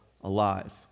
alive